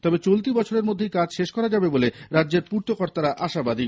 তবে চলতি বছরের মধ্যেই কাজ শেষ করা যাবে বলে রাজ্যের পূর্ত কর্তারা আশাবাদী